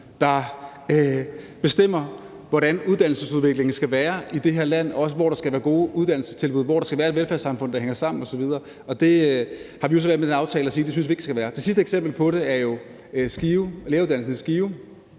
der bestemmer, hvordan uddannelsesudviklingen skal være i det her land, hvor der skal være gode uddannelsestilbud, og hvor der skal være et velfærdssamfund, der hænger sammen osv. Der har vi jo så valgt med den aftale at sige, at vi ikke synes, at det skal være sådan. Det sidste eksempel på det er læreruddannelsen i Skive,